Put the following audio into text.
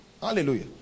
Hallelujah